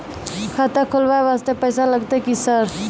खाता खोलबाय वास्ते पैसो लगते की सर?